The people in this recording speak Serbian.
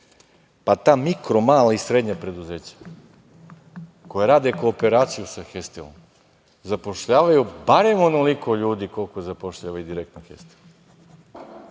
pa ta mikro, mala i srednja preduzeća koja rade kooperaciju sa „Hestilom“ zapošljavaju barem onoliko ljudi koliko zapošljava i direktno „Hestil“.